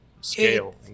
scale